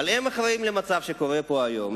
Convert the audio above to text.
אבל הם אחראים למצב שקורה פה היום,